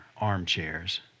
armchairs